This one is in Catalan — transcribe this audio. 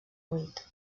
buit